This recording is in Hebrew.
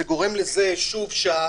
זה גורם לזה שהתקנות